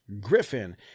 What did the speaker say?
griffin